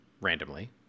randomly